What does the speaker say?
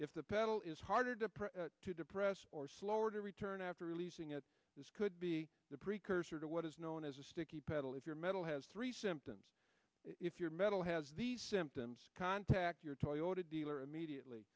if the pedal is harder to prove to depress or slower to return after releasing it this could be the precursor to what is known as a sticky pedal if your metal has three symptoms if your metal has these symptoms contact your toyota dealer immediately